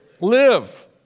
live